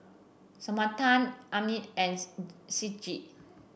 Samantha Abner and Ciji